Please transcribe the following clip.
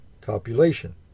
copulation